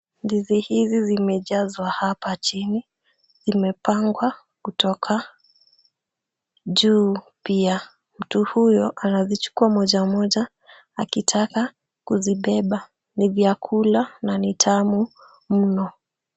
Ndizi hizi zimejazwa hapa chini, zimepangwa kutoka juu pia mtu huyo anazichukua moja moja akitaka, kuzibeba ni vyakula na nitamu mno.